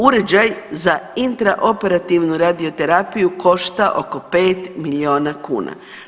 Uređaj za intraoperativnu radioterapiju košta oko 5 miliona kuna.